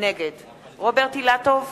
נגד רוברט אילטוב,